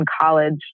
college